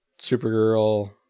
Supergirl